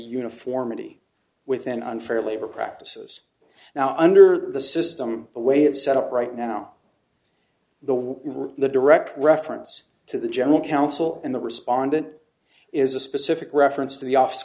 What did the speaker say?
uniformity within unfair labor practices now under the system the way it's set up right now the way the direct reference to the general counsel in the respondent is a specific reference to the office